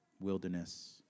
wilderness